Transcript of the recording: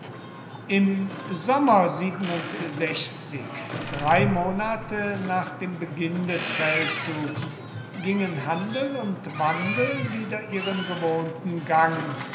im sommer drei monate nach dem beginn des feldzugs gingen handel und wandel wieder ihren gewohnten gang